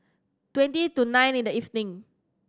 twenty to nine in the evening